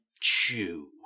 chew